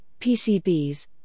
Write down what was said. PCBs